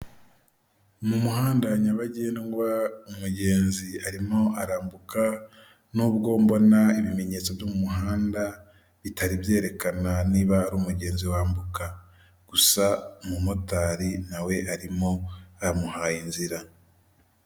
Mu muhanda nyabagendwa umugenzi arimo arambuka n'ubwo mbona ibimenyetso byo mu muhanda bitari byerekana niba ari umugenzi wambuka, gusa umumotari nawe arimo yamuhaye inzira.